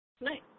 nice